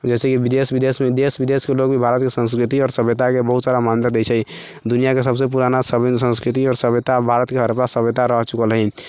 जैसे कि विदेश विदेशमे देश विदेशके लोक भी भारतके सभ्यता आओर संस्कृतिके विशेष मान्यता दै छै दुनियाँके सभसँ पुराना संस्कृति आओर सभ्यता भारतके हड़प्पा संस्कृति रहि चुकल हइ